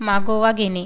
मागोवा घेणे